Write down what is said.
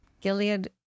Gilead